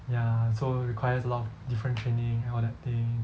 ya so requires a lot of different training and all that thing